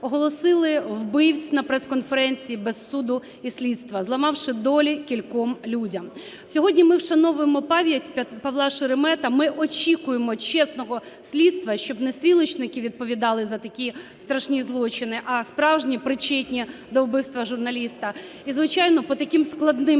оголосили вбивць на прес-конференції без суду і слідства, зламавши долі кільком людям. Сьогодні ми вшановуємо пам'ять Павла Шеремета. Ми очікуємо чесного слідства, щоб не "стрілочники" відповідали за такі страшні злочини, а справжні причетні до вбивства журналіста. І звичайно по таким складним